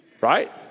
Right